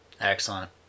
Excellent